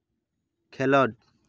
ᱠᱷᱮᱞᱳᱰ